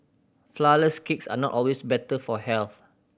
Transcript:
flourless cakes are not always better for health